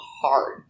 hard